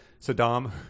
Saddam